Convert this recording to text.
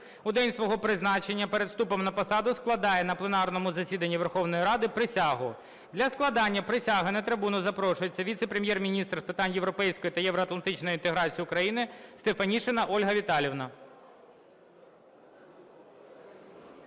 у день свого призначення перед вступом на посаду складає на пленарному засіданні Верховної Ради присягу. Для складання присяги на трибуну запрошується Віце-прем’єр-міністр з питань європейської та євроатлантичної інтеграції України Стефанішина Ольга Віталіївна.